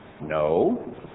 No